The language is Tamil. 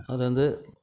அதில் இருந்து